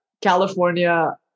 California